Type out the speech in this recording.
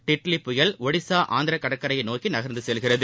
டிட்லி புயல் ஒடிசா ஆந்திர கடற்கரையை நோக்கி நகர்ந்து செல்கிறது